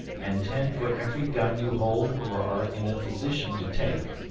and ten for every gun you hold or are in a position to take,